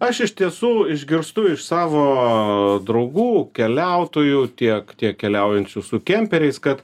aš iš tiesų išgirstu iš savo draugų keliautojų tiek tiek keliaujančių su kemperiais kad